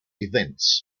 events